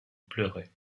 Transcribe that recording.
pleurait